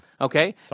Okay